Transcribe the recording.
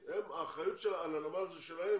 האחריות על הנמל היא שלהם,